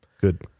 Good